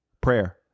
prayer